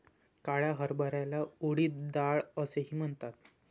काळ्या हरभऱ्याला उडीद डाळ असेही म्हणतात